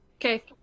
Okay